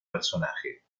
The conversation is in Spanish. personaje